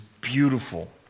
beautiful